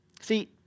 See